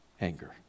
anger